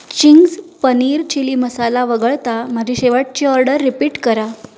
Ching's paneer chilli masala वगळता माझी शेवटची ऑर्डर रिपीट करा